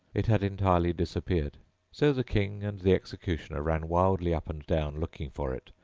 it had entirely disappeared so the king and the executioner ran wildly up and down looking for it,